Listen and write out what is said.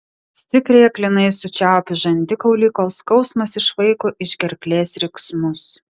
stipriai aklinai sučiaupiu žandikaulį kol skausmas išvaiko iš gerklės riksmus